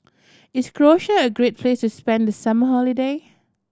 is Croatia a great place to spend the summer holiday